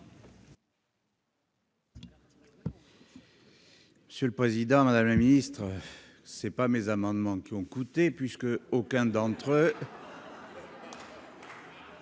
Monsieur le président, madame la ministre, ce ne sont pas mes amendements qui ont tant coûté, puisqu'aucun d'entre eux,